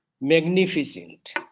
magnificent